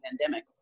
pandemic